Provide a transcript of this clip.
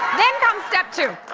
then comes step two.